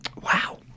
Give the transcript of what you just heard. Wow